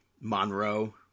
monroe